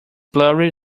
blurry